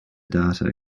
data